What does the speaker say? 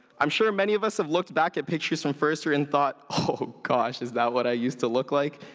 i'm sure many of us have looked back at pictures from first year and thought oh gosh, is that what i used to look like?